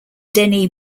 denis